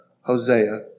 Hosea